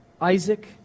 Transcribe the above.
Isaac